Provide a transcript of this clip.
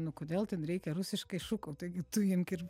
nu kodėl ten reikia rusiškai šūkaut taigi tu imk ir